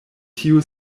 tiu